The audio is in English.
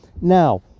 Now